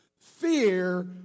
fear